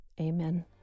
amen